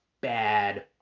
bad